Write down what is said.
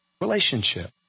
relationship